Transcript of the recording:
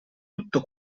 tutto